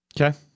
Okay